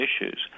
issues